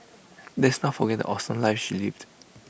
let's not forget the awesome life she lived